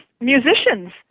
musicians